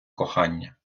кохання